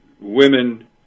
women